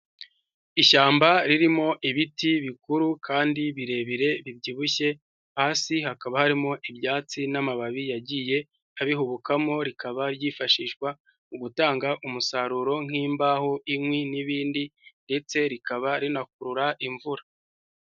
Ishyamba ririmo ibiti bikuru kandi birebire bibyibushye, hasi hakaba harimo ibyatsi n'amababi yagiye abihubukamo rikaba ryifashishwa mu gutanga umusaruro nk'imbaho, inkwi n'ibindi ndetse rikaba rinakurura imvura.